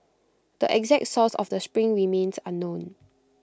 the exact source of the spring remains unknown